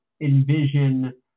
envision